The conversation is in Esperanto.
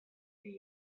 pri